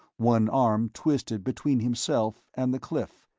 one arm twisted between himself and the cliff.